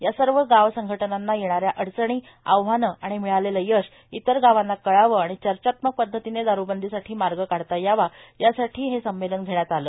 या सर्व गाव संघटनांना येणाऱ्या अडचणी आव्हाने आणि मिळालेले यश इतर गावांना कळावे आणि चर्चात्मक पद्धतीने दारूबंदीसाठी मार्ग काढता यावा यासाठी हे संमेलन घेण्यात आले